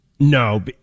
No